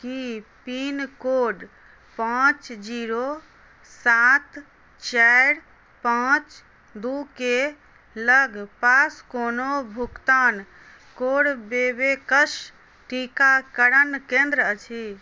की pincode पांच zero सात चारि पांच दू के लग पास कोनो भुगतान कोरोवेक्स टीकाकरण केंद्र अछि